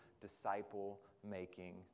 disciple-making